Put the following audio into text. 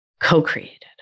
co-created